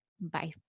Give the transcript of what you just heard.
Bye